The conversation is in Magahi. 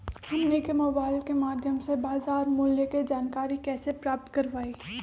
हमनी के मोबाइल के माध्यम से बाजार मूल्य के जानकारी कैसे प्राप्त करवाई?